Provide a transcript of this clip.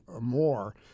more